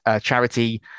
charity